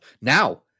Now